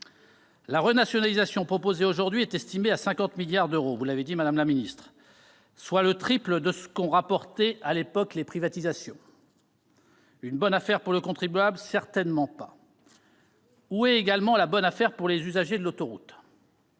La renationalisation proposée aujourd'hui est estimée à 50 milliards d'euros, vous l'avez souligné, madame la ministre, soit le triple de ce qu'ont rapporté les privatisations ... Une bonne affaire pour le contribuable ? Certainement pas ! Où est également la bonne affaire pour les usagers de l'autoroute ?